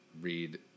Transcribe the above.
read